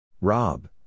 Rob